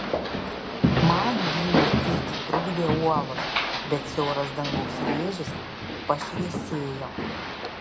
man jį matyti trukdė uolos bet siauras dangaus rėžis pašviesėjo